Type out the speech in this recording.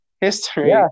history